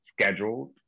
scheduled